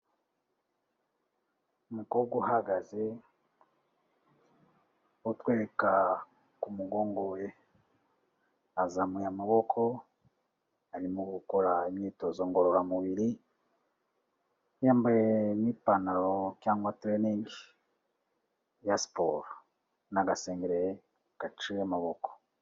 Umukobwa uhagaze utwereka mu mugongo we, azamuye amaboko arimo gukora imyitozo ngororamubiri, yambaye n'ipantaro cyangwa tiriningi ya siporo n'agasenge gaciye amaboko.